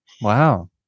Wow